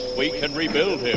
we can rebuild him.